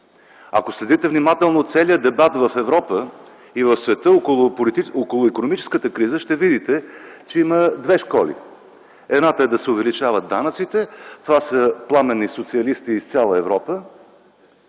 Ако следите внимателно целия дебат в Европа и в света около икономическата криза, ще видите, че има две школи. Едната е да се увеличават данъците - това са пламенни социалисти из цялата Европа,